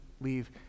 leave